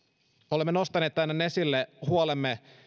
olemme nostaneet tänään esille huolemme